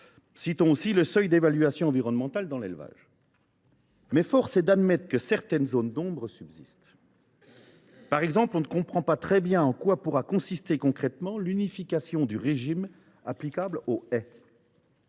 de l’eau et les seuils d’évaluation environnementale dans l’élevage. Mais force est d’admettre que certaines zones d’ombre subsistent. Par exemple, on ne comprend pas très bien en quoi pourra consister concrètement l’unification du régime applicable aux haies.